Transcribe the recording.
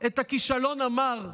את הכישלון המר,